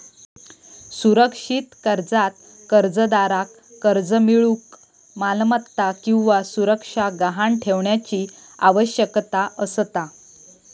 सुरक्षित कर्जात कर्जदाराक कर्ज मिळूक मालमत्ता किंवा सुरक्षा गहाण ठेवण्याची आवश्यकता असता